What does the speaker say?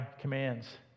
commands